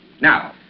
Now